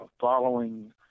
following